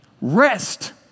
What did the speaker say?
Rest